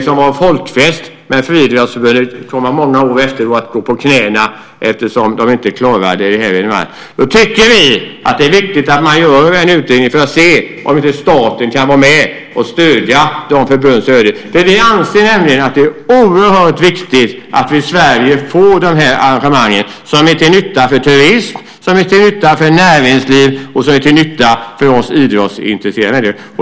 Det var en folkfest, men Friidrottsförbundet kom många år att gå på knäna, eftersom det inte klarade det. Därför tycker vi att det är viktigt att göra denna utredning för att se om inte staten kan vara med och stödja förbunden. Vi anser nämligen att det är oerhört viktigt att Sverige får arrangemang som är till nytta för turism, till nytta för näringsliv och till nytta för oss idrottsintresserade.